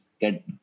get